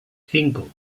cinco